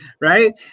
Right